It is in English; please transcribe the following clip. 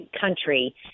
country